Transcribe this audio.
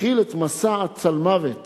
התחיל את מסע הצלמוות